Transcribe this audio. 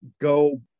go